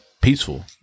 peaceful